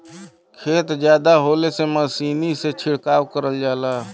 खेत जादा होले से मसीनी से छिड़काव करल जाला